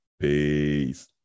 Peace